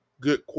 Good